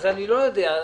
אני לא יודע.